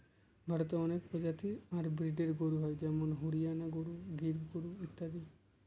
ভারতে অনেক প্রজাতি আর ব্রিডের গরু হয় যেমন হরিয়ানা গরু, গির গরু ইত্যাদি